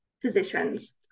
positions